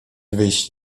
wyjść